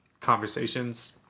conversations